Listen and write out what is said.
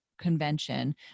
Convention